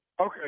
Okay